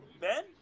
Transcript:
Ben